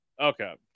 okay